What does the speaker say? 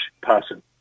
person